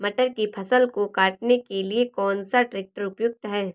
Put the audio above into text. मटर की फसल को काटने के लिए कौन सा ट्रैक्टर उपयुक्त है?